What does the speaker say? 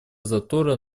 затора